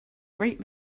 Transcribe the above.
great